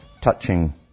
touching